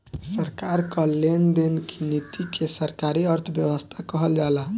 सरकार कअ लेन देन की नीति के सरकारी अर्थव्यवस्था कहल जाला